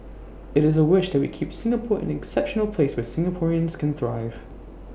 IT is A wish that we keep Singapore an exceptional place where Singaporeans can thrive